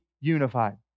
unified